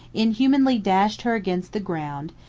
inhumanly dashed her against the ground,